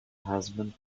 husband